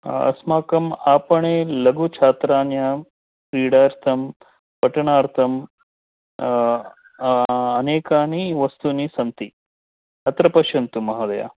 अस्माकम् आपणे लघुछात्राणां क्रीडार्थं पठनार्थं अनेकानि वस्तूनि सन्ति अत्र पश्यन्तु महोदयः